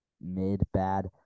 mid-bad